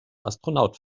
astronaut